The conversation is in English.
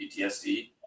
PTSD